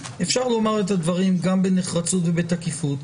אפשר לומר את הדברים גם בנחרצות ובתקיפות,